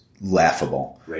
laughable